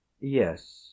Yes